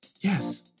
Yes